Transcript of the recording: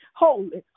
holy